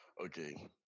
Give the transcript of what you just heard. Okay